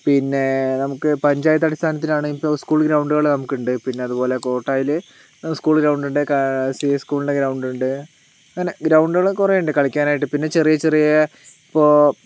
പിന്നെ നമുക്ക് പഞ്ചായത്തടിസ്ഥാനത്തിലാണെങ്കിപ്പോൾ സ്കൂൾ ഗ്രൗണ്ടുകള് നമുക്കുണ്ട് പിന്നെ അതുപോലെ കോട്ടായില് സ്കൂൾ ഗ്രൗണ്ടുണ്ട് സി എസ് സ്കൂളിൻ്റെ ഗ്രൗണ്ടുണ്ട് അങ്ങനെ ഗ്രൗണ്ടുകള് കുറേ ഉണ്ട് കളിക്കാനായിട്ട് പിന്നെ ചെറിയ ചെറിയ ഇപ്പോൾ